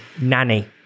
nanny